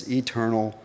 eternal